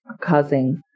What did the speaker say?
causing